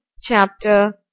Chapter